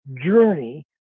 journey